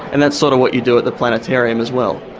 and that's sort of what you do at the planetarium as well.